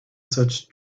such